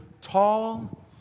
tall